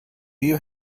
you